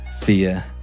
fear